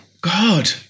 God